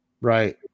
Right